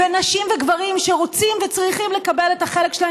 ונשים וגברים שרוצים וצריכים לקבל את החלק שלהם